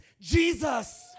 Jesus